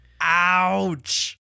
Ouch